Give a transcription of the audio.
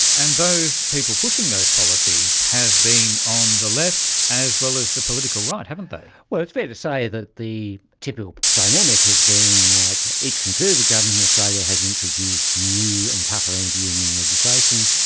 and those people pushing those policies have been on the left as well as the political right, haven't they. well, it's fair to say that the typical dynamic has been that each conservative government in australia has introduced a new and tougher antiunion legislation.